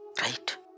Right